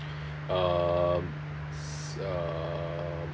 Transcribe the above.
um um